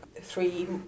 three